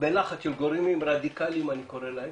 בלחץ של גורמים רדיקליים כך אני קורא להם,